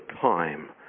time